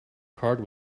card